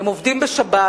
הם עובדים בשבת,